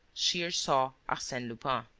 shears saw arsene lupin.